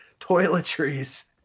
toiletries